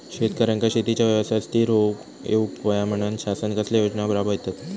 शेतकऱ्यांका शेतीच्या व्यवसायात स्थिर होवुक येऊक होया म्हणान शासन कसले योजना राबयता?